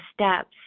steps